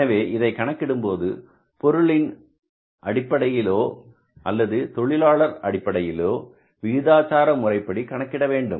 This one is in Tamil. எனவே இதை கணக்கிடும்போது பொருளின் அடிப்படையிலோ அல்லது தொழிலாளர் அடிப்படையிலோ விகிதாச்சார முறைப்படி கணக்கிட வேண்டும்